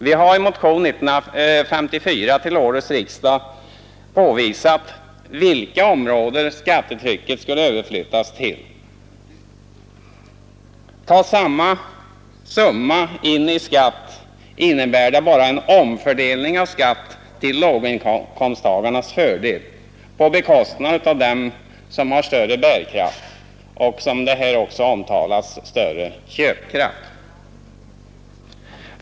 Vi har i motionen 54 till årets riksdag påvisat till vilka områden skattetrycket skulle överflyttas. Innebörden av vårt förslag är bara en omfördelning av skatt till låginkomsttagarnas fördel på bekostnad av dem som har större bärkraft och, som det också omtalats, har större köpkraft.